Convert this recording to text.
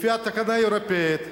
לפי התקנה האירופית,